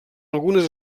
algunes